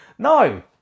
No